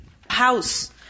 house